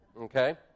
okay